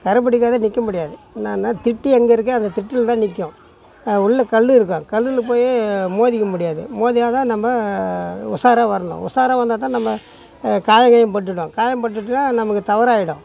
கரை பிடிக்காத நிற்க முடியாது நானாக திட்டு எங்கே இருக்கே அந்த திட்டில் தான் நிற்கும் அது உள்ளே கல்லு இருக்கும் கல்லில் போய் மோதிக்க முடியாது மோதினால் தான் நம்ம ஒசர வரலாம் ஒசர வந்தால் தான் நம்ம காயம் கீயம் பட்டுவிடும் காயம் பட்டுட்டுன்னால் நமக்கு தவறாகிடும்